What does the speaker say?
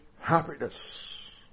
happiness